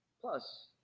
Plus